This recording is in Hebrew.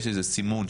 יש איזה שהוא סימון,